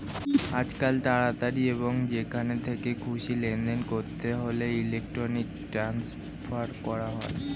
আজকাল তাড়াতাড়ি এবং যেখান থেকে খুশি লেনদেন করতে হলে ইলেক্ট্রনিক ট্রান্সফার করা হয়